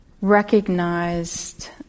recognized